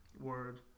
Word